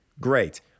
great